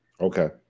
Okay